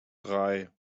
drei